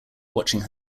watching